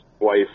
wife